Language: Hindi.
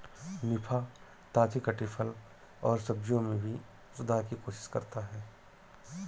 निफा, ताजे कटे फल और सब्जियों में भी सुधार की कोशिश करता है